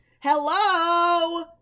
Hello